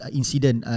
incident